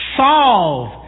solve